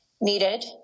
needed